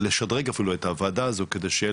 לשדרג אפילו את הוועדה הזו כדי שיהיה